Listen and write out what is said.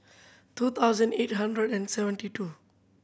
two thousand eight hundred and seventy two